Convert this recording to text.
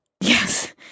Yes